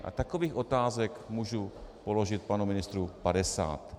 A takových otázek můžu položit panu ministrovi padesát.